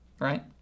right